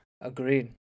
Agreed